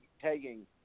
tagging